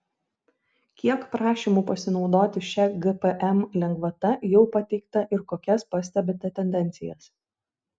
kiek prašymų pasinaudoti šia gpm lengvata jau pateikta ir kokias pastebite tendencijas